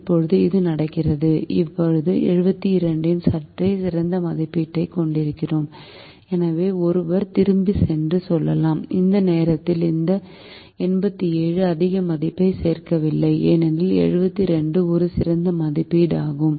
இப்போது இது நடக்கிறது இப்போது 72 இன் சற்றே சிறந்த மதிப்பீட்டைக் கொண்டிருக்கிறோம் எனவே ஒருவர் திரும்பிச் சென்று சொல்லலாம் இந்த நேரத்தில் இந்த 87 அதிக மதிப்பைச் சேர்க்கவில்லை ஏனெனில் 72 ஒரு சிறந்த மதிப்பீடாகும்